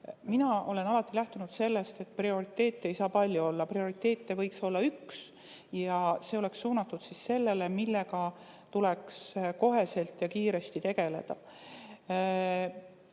mina olen alati lähtunud sellest, et prioriteete ei saa palju olla. Prioriteete võiks olla üks ja see oleks suunatud sellele, millega tuleks kohe ja kiiresti tegeleda.